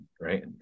right